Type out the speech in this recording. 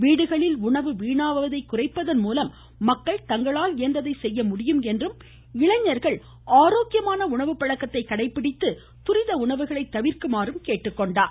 வீடுகளில் உணவு வீணாவதை குறைப்பதன் மூலம் மக்கள் தங்களால் இயன்றதை செய்ய முடியும் என்றும் இளைஞர்கள் ஆரோக்கியமான உணவு பழக்கத்தை கடைபிடித்து துரித உணவுகளை தவிர்க்குமாறும் கேட்டுக்கொண்டிருக்கிறார்